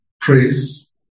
praise